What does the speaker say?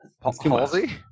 palsy